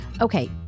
Okay